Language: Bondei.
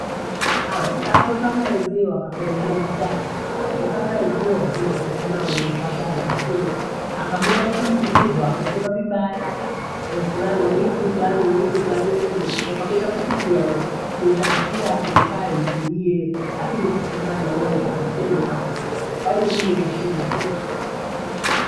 Aah! kule kwekaha na wenzio wakakuelezea matani. Kwekaa na wenzio wasema waseka nao ni watu watana lakini akabwiha na mtu mtuhuwako kusema vibaya we fulani hivi, fulani hivi, fulani wevie. Sasa ukabenda kusikia wee! ithakii yako ukae utulie. Lakini kusemana leo uko utasemwa, kwahiyo mimi nasemwa kweyi.